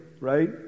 right